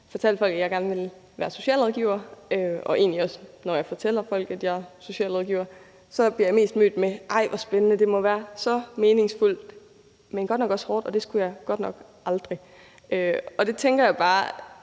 fortalte folk, at jeg gerne ville være socialrådgiver – og egentlig også, når jeg fortæller folk, at jeg er socialrådgiver – blev jeg i hvert fald mest mødt med: Ej, hvor spændende; det må være så meningsfuldt, men også hårdt, så det ville jeg godt nok aldrig være! Og det tænker jeg bare